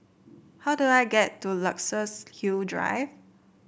how do I get to Luxus Hill Drive